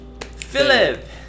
philip